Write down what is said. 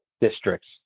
districts